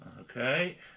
Okay